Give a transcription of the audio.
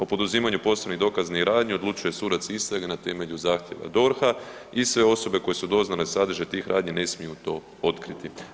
O poduzimanju posebnih dokaznih radnji odlučuje sudac istrage na temelju zahtjeva DORH-a i sve osobe koje su doznale sadržaj tih radnji ne smiju to otkriti.